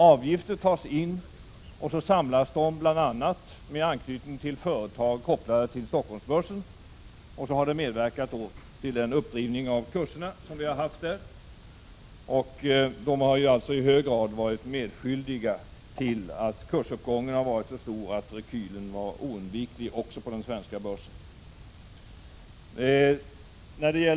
Avgifter tas ut, så samlas de bl.a. med anknytning till företag kopplade till Stockholmsbörsen, och så har de medverkat till den uppdrivning av kurserna som vi har haft där. De har alltså i hög grad varit medskyldiga till att kursuppgången har varit så stor att rekylen blev oundviklig också på den svenska börsen.